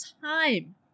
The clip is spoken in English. time